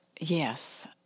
Yes